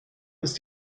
ist